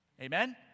Amen